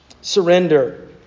Surrender